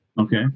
Okay